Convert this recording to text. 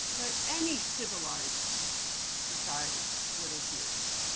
that any civilized society would adhere to.